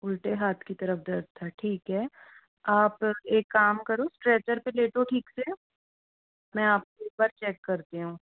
उलटे हाथ की तरफ दर्द था ठीक है आप एक काम करो स्ट्रेचर पे लेटो ठीक से मैं आप को एक बार चैक करती हूँ